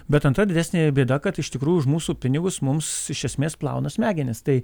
bet antra didesnė bėda kad iš tikrųjų už mūsų pinigus mums iš esmės plauna smegenis tai